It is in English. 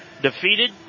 defeated